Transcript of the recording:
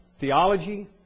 theology